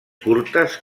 curtes